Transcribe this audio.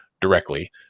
directly